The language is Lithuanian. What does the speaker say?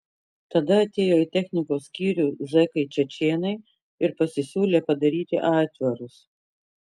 tada atėjo į technikos skyrių zekai čečėnai ir pasisiūlė padaryti aitvarus